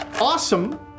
awesome